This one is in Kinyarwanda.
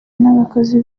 n’abakozi